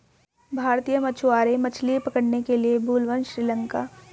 भारतीय मछुआरे मछली पकड़ने के लिए भूलवश श्रीलंका या पाकिस्तानी सीमा में प्रवेश कर जाते हैं